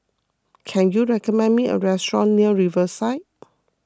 can you recommend me a restaurant near Riverside